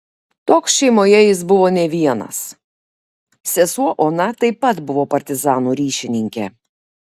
toks šeimoje jis buvo ne vienas sesuo ona taip pat buvo partizanų ryšininkė